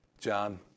John